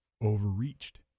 overreached